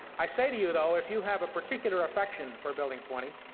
i say to you, though, if you have a particular affection for building twenty,